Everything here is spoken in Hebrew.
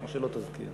או שלא תזכיר?